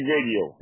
Radio